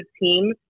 team